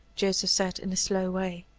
joseph said, in his slow way.